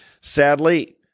Sadly